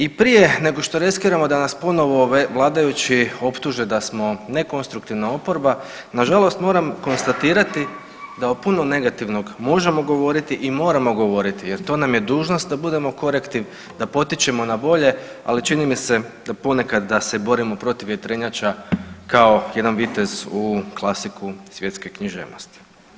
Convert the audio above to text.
I prije nego što riskiramo da nas ponovo vladajući optuže da smo nekonstruktivna oporba nažalost moram konstatirati da o puno negativnog možemo govoriti i moramo govoriti jer to nam je dužnost da budemo korektiv, da potičemo na bolje, ali čini mi se da ponekad da se borimo protiv vjetrenjača kao jedan vitez u klasiku svjetske književnosti.